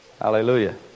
Hallelujah